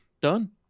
Done